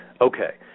Okay